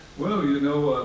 well, you know,